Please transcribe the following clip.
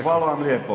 Hvala vam lijepo.